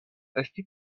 esti